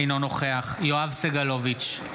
אינו נוכח יואב סגלוביץ'